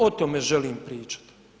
O tome želim pričat.